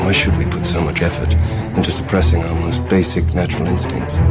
ah should we put so much effort into suppressing our most basic natural instincts?